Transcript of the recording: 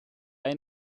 ein